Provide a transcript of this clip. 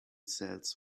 sells